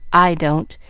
i don't.